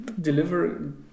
deliver